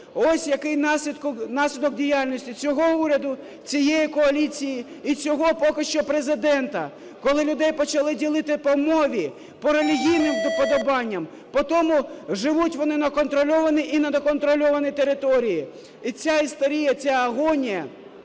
Ось який наслідок діяльності цього уряду, цієї коаліції і цього поки що Президента. Коли людей почали ділити по мові, по релігійним уподобанням, по тому, живуть вони на контрольованій і неконтрольованій території. І ця істерія, ця агонія